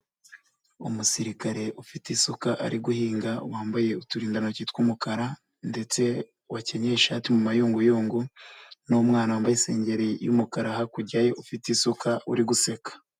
Umusirikare ufite isuka ari guhinga wambaye uturindantoki tw'umukara ndetse wakenyeye ishati mu mayunguyungu n'umwana wambaye isengeri y'umukara hakurya ye ufite isuka uri guseka.